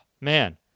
man